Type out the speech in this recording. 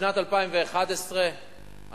את שנת 2011 אנחנו,